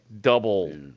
double